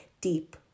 deep